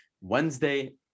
Wednesday